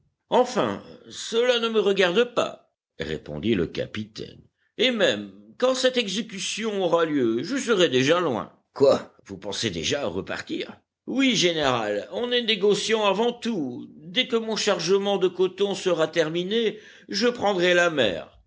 enfin cela ne me regarde pas répondit le capitaine et même quand cette exécution aura lieu je serai déjà loin quoi vous pensez déjà à repartir oui général on est négociant avant tout dès que mon chargement de coton sera terminé je prendrai la mer